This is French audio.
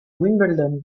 wimbledon